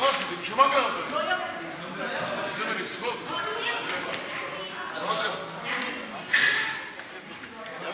ההצעה להעביר את הצעת חוק קליטת חיילים משוחררים (תיקון,